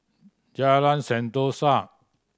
Jalan Sentosa